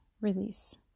release